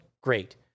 Great